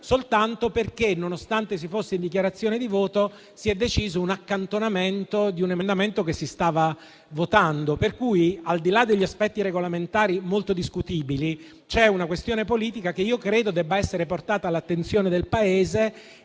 soltanto perché, nonostante si fosse in dichiarazione di voto, si è deciso l'accantonamento di un emendamento che si stava votando. Al di là degli aspetti regolamentari molto discutibili, quindi, c'è una questione politica che credo debba essere portata all'attenzione ed essere